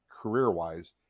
career-wise